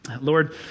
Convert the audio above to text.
Lord